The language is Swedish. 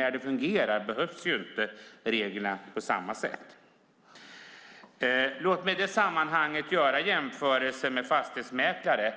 När det fungerar behövs inte reglerna på samma sätt. Låt mig i detta sammanhang göra jämförelser med fastighetsmäklare,